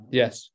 yes